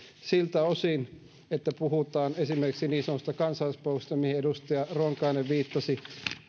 siltä osin kuin puhutaan esimerkiksi niin sanotusta kansalaispalvelusta mihin edustaja ronkainen viittasi